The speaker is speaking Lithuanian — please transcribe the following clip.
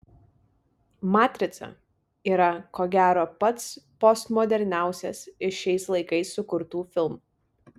matrica yra ko gero pats postmoderniausias iš šiais laikais sukurtų filmų